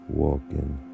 walking